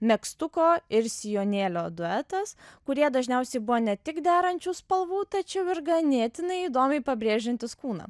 megztuko ir sijonėlio duetas kurie dažniausiai buvo ne tik derančių spalvų tačiau ir ganėtinai įdomiai pabrėžiantys kūną